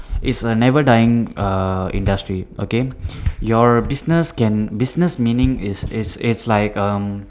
is a never dying err industry okay your business can business meaning it's it's it's like um